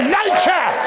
nature